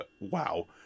Wow